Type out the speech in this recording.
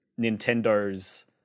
Nintendo's